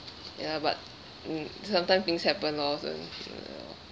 ya but mm sometimes things happen lor so something like that lor